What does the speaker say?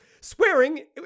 swearing